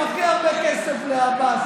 עם הכי הרבה כסף לעבאס,